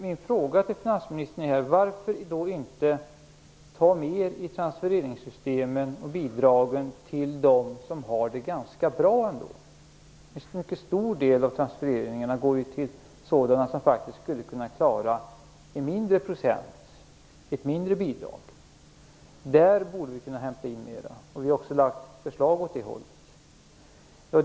Min fråga till finansministern är denna: Varför inte ta mer i transfereringssystemen och bidragen till dem som har det ganska bra? En mycket stor del av transfereringarna går ju till sådana som skulle kunna klara ett mindre bidrag. Där borde man kunna hämta in mera. Vi har lagt fram förslag åt det hållet.